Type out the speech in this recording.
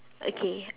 okay